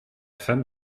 femme